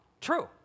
True